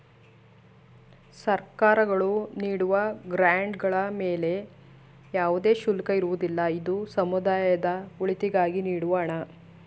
ಸರ್ಕಾರಗಳು ನೀಡುವ ಗ್ರಾಂಡ್ ಗಳ ಮೇಲೆ ಯಾವುದೇ ಶುಲ್ಕ ಇರುವುದಿಲ್ಲ, ಇದು ಸಮುದಾಯದ ಒಳಿತಿಗಾಗಿ ನೀಡುವ ಹಣ